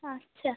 আচ্ছা